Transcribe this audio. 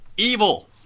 Evil